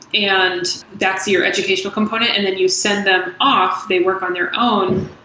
and that's your educational component. and then you send them off. they work on their own.